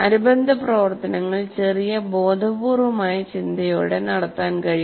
അനുബന്ധ പ്രവർത്തനങ്ങൾ ചെറിയ ബോധപൂർവമായ ചിന്തയോടെ നടത്താൻ കഴിയും